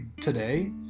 today